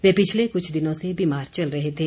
वे पिछले कुछ दिनों से बीमार चल रहे थे